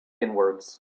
inwards